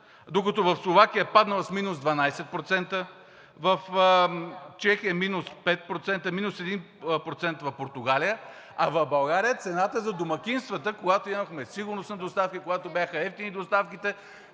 докато в Словакия е паднала с минус 12%, в Чехия – минус 5%, минус 1% в Португалия. А в България, когато имахме сигурност на доставките, когато бяха евтини доставките,